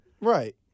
Right